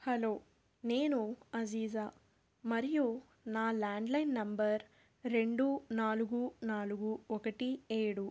hello నేను అజీజా మరియు నా ల్యాండ్లైన్ నంబర్ రెండు నాలుగు నాలుగు ఒకటి ఏడు